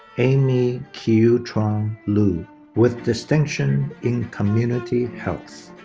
amy kieutran um luu with distinction in community health.